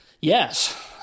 Yes